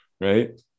right